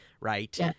right